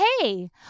hey